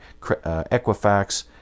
Equifax